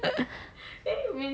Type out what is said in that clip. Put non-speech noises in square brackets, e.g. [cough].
[laughs]